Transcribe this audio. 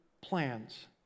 plans